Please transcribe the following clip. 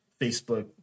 Facebook